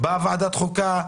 באה ועדת חוקה,